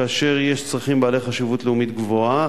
כאשר יש צרכים בעלי חשיבות לאומית גבוהה,